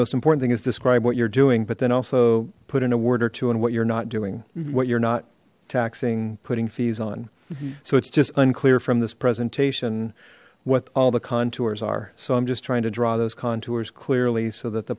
most important thing is describe what you're doing but then also put in a word or two and what you're not doing what you're not taxing putting fees on so it's just unclear from this presentation what all the contours are so i'm just trying to draw those contours clearly so that the